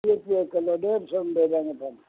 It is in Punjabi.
ਡੇਢ ਸੌ ਨੂੰ ਦੇ ਦਿਆਂਗੇ ਤੁਹਾਨੂੰ